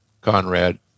Conrad